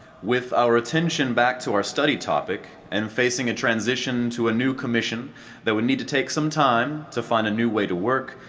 with our attention back to our study topic and facing a transition to a new commission that would need to take some time to find a new way to work,